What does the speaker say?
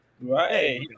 Right